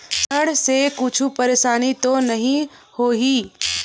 ऋण से कुछु परेशानी तो नहीं होही?